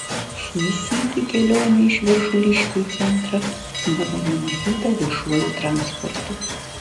šį sykį kelionė iš viršuliškių į centrą buvo numatyta viešuoju transportu